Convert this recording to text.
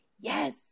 yes